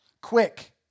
quick